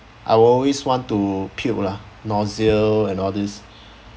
I always want to puke lah nausea and all this